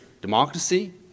democracy